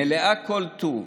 מלאה כל טוב: